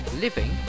living